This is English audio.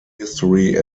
history